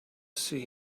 see